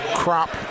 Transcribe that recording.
crop